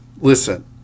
listen